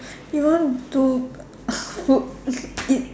you want do food eat